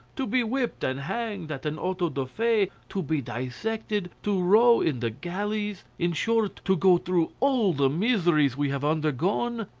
to be whipped and hanged at an auto-da-fe, to be dissected, to row in the galleys in short, to go through all the miseries we have undergone,